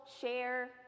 share